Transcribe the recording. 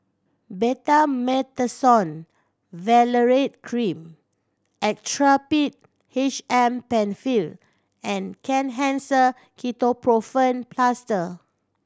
Betamethasone Valerate Cream Actrapid H M Penfill and Kenhancer Ketoprofen Plaster